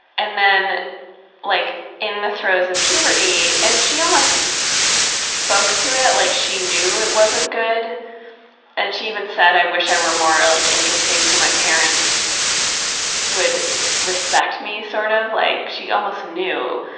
and then like in the throes of puberty, and she almost spoke to it like she knew it wasn't good and she even said, i wish i were more like interesting so my parents would respect me. sort of like she almost knew.